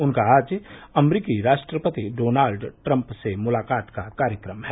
उनका आज अमरीकी राष्ट्रपति डोनल्ड ट्रंप से मुलाकात का कार्यक्रम है